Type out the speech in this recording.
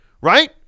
right